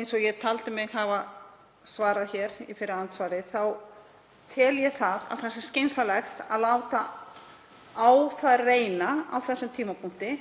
Eins og ég taldi mig hafa svarað hér í fyrra andsvari þá tel ég skynsamlegt að láta á það reyna á þessum tímapunkti